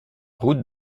route